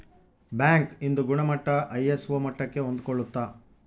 bank ಇಂದು ಗುಣಮಟ್ಟ ISO ಮಟ್ಟಕ್ಕೆ ಹೊಂದ್ಕೊಳ್ಳುತ್ತ